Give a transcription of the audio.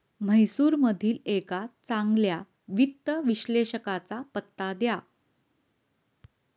म्हैसूरमधील एका चांगल्या वित्त विश्लेषकाचा पत्ता द्या